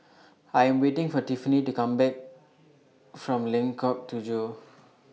I Am waiting For Whitney to Come Back from Lengkok Tujoh